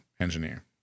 engineer